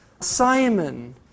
Simon